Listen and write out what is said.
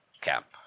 camp